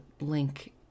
link